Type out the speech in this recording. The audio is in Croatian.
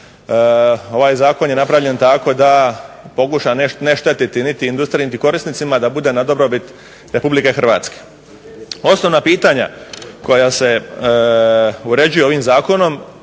Ovaj zakon je napravljen tako da pokuša ne štetiti niti industriji, niti korisnicima a da bude na dobrobit Republike Hrvatske. Osnovna pitanja koja se uređuju ovim zakonom